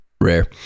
rare